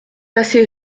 assez